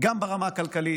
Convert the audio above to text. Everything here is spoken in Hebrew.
גם ברמה הכלכלית,